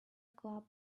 club